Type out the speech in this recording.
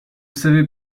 savait